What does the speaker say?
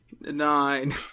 Nine